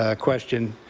ah question.